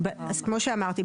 אז כמו שאמרתי,